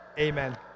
Amen